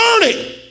learning